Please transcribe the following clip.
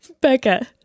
Becca